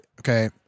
okay